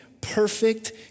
perfect